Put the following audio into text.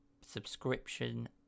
subscription